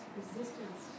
resistance